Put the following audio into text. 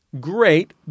great